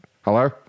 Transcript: Hello